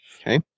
Okay